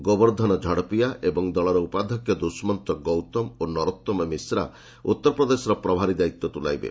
ଗୋବର୍ଦ୍ଧନ ଝଡ଼ପିଆ ଏବଂ ଦଳର ଉପାଧ୍ୟକ୍ଷ ଦୁଷ୍ମନ୍ତ ଗୌତମ ଓ ନରୋଉମ ମିଶ୍ରା ଉତ୍ତରପ୍ରଦେଶର ପ୍ରଭାରୀ ଦାୟିତ୍ୱ ତୁଲାଇବେ